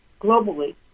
globally